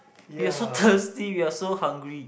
we're so thirsty we're so hungry